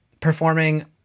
performing